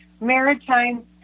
maritime